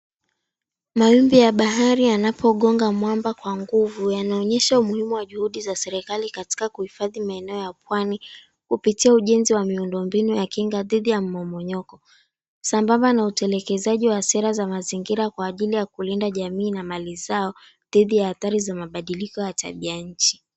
Mawimbi ya bahari yanapogonga mwamba kwa nguvu yanaonyesha umuhimu wa juhudi za serikali katika kuhifadhi maeneo ya pwani kupitia ujenzi wa miundombinu ya kinga dhidi ya mmomonyoko. Sambamba ni utelekezaji wa sera za mazingira kwa ajili ya kulinda jamii na mali zao dhidi ya athari za mabadiliko ya tabia nchi.